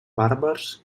bàrbars